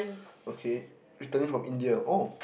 okay Italy from India oh